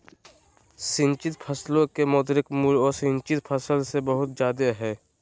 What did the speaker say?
सिंचित फसलो के मौद्रिक मूल्य असिंचित फसल से बहुत जादे हय